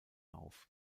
auf